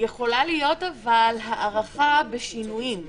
יכולה להיות הארכה בשינויים.